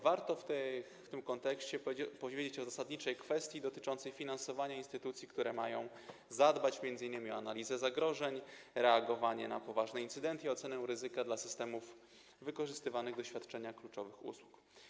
W tym kontekście warto powiedzieć o zasadniczej kwestii dotyczącej finansowania instytucji, które mają zadbać m.in. o analizę zagrożeń, reagowanie na poważne incydenty i ocenę ryzyka dla systemów wykorzystywanych do świadczenia kluczowych usług.